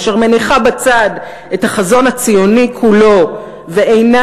אשר מניחה בצד את החזון הציוני כולו ואינה